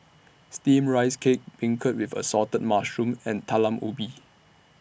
Steamed Rice Cake Beancurd with Assorted Mushrooms and Talam Ubi